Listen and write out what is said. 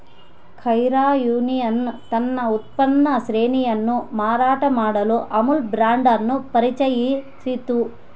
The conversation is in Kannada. ಕೈರಾ ಯೂನಿಯನ್ ತನ್ನ ಉತ್ಪನ್ನ ಶ್ರೇಣಿಯನ್ನು ಮಾರಾಟ ಮಾಡಲು ಅಮುಲ್ ಬ್ರಾಂಡ್ ಅನ್ನು ಪರಿಚಯಿಸಿತು